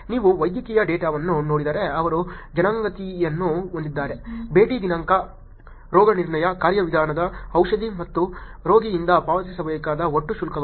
ನೀವು ವೈದ್ಯಕೀಯ ಡೇಟಾವನ್ನು ನೋಡಿದರೆ ಅವರು ಜನಾಂಗೀಯತೆಯನ್ನು ಹೊಂದಿದ್ದಾರೆ ಭೇಟಿ ದಿನಾಂಕ ರೋಗನಿರ್ಣಯ ಕಾರ್ಯವಿಧಾನ ಔಷಧಿ ಮತ್ತು ರೋಗಿಯಿಂದ ಪಾವತಿಸಿದ ಒಟ್ಟು ಶುಲ್ಕಗಳು